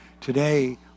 Today